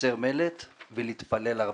לייצר מלט ולהתפלל הרבה,